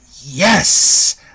yes